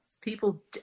People